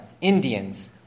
Indians